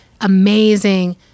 amazing